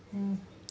mm